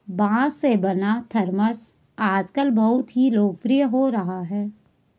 बाँस से बना थरमस आजकल बहुत लोकप्रिय हो रहा है